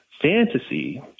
fantasy